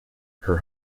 her